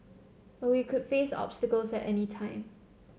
but we could face obstacles at any time